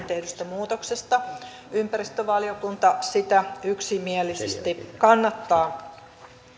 tehdystä muutoksesta ympäristövaliokunta sitä yksimielisesti kannattaa